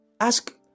Ask